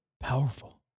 Powerful